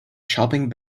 shopping